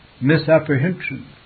misapprehension